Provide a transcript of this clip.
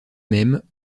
même